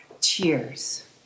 cheers